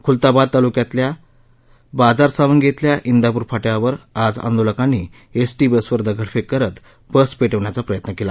खुलताबाद तालुक्यातल्या बाजार सावंगी धिल्या धिपूर फाट्यावर आज आंदोलकांनी एसटी बसवर दगडफेक करत बस पेटवण्याचा प्रयत्न केला